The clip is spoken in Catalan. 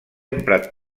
emprat